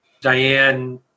Diane